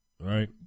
right